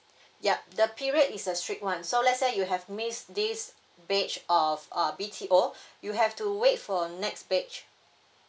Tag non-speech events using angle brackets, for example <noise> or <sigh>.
yup the period is a strict one so let's say you have missed this batch of uh B_T_O <breath> you have to wait for next batch